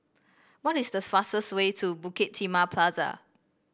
what is the fastest way to Bukit Timah Plaza